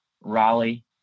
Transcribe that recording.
Raleigh